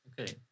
Okay